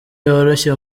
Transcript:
yoroshye